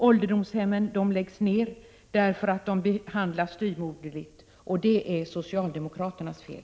Ålderdomshemmen läggs ned därför att de behandlas styvmoderligt, och det är socialdemokraternas fel.